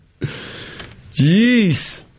Jeez